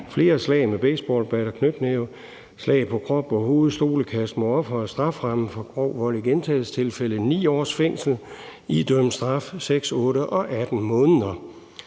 flere slag med baseballbat, knytnæveslag på kroppen og hovedet og stolekast mod offeret. Strafferammen for grov vold i gentagelsestilfælde er 9 års fængsel. Den idømte straf var 6, 8 og 18 måneder.